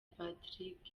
patrick